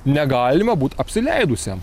negalima būt apsileidusiam